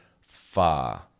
far